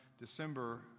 December